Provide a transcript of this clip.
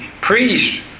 priest